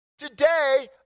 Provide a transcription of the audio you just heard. Today